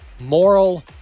moral